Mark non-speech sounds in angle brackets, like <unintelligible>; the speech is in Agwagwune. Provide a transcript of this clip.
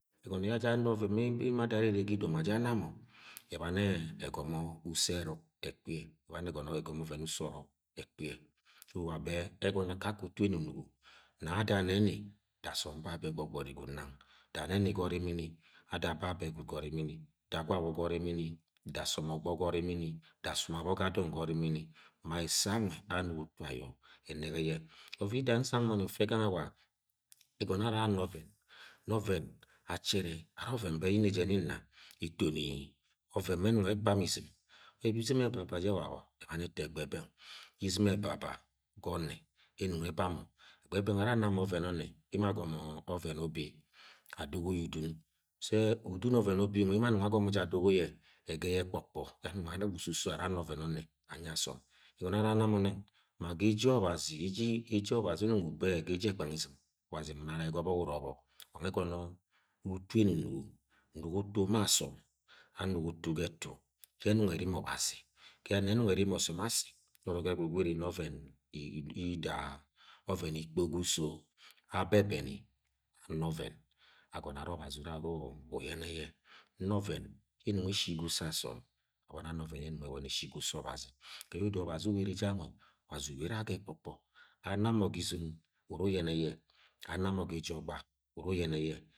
<unintelligible> ẹbani ye egomo use eruk ekpi ye ebani egomo uso nop ekpi ye so, wia be egono akake utu enu-nugo ne ada ne ni da asom ba gbogbori gwind nang da nẹ ni ga orimini ada babẹ gwud ga orimini da gwawo ga orimini da asọm ogbon ga orimini da asom abo ga dọng ga orimini ma ese amue anugo utu ayo enegene oven yi da ye nsong moni mfe amue wa-a <hesitation> egọnọ arse ara ana ama oven na oven achere, are ọvẹn yẹ ne ni na etoni oven ye ere ene ebamọ izɨ̃m e̱bi izɨ̃m ebaba je wabe ebani eto egbe be̱ng ye̱ izɨ̃m ebaba ga onme ye̱ e̱nung ebamo egbe beng arc ana ma oven o̱nne ewo agomo ọven ubi adogo yẹ udun be udum ọven ubi nwe emo anug agọmọ jẹ adogo ye ege ye ẹk pokpo ye amumg ama ususo ara ana oven onne enyi abọm egono ara ana mo nang, ma ga eje obazi, eji-eje obazi unung ube ga eje egbangi izɨ̃m obazi mu unara ne ga o̱bok urọ o̱bọk <hesitation> wa nuhe egọnọ utu enungo nugo utu ma abọm anugo utu ga etu ye enume erimi obazi ga nẹ enung erimi obazi, noro ga uso abẹbẹni ama oven agọnọ are ọbazi ura uru uyene ye na oven ye enung eshi ga uso asom arboni ana oven ye enung eshi ga uso-obazi <noise> ga ye odo ọbazi ubere je ganme, obazi ubene aga ekpokpa ana mọ ga izum uru yene ye unu uyeneye.